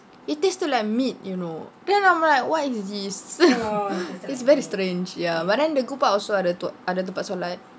it tasted like meat you know then I'm like what is this it's very strange ya but then the good part also ada tempat solat